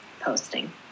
posting